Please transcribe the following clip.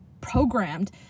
programmed